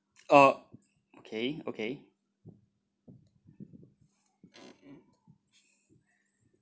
oh okay okay